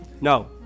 No